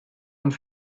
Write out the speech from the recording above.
und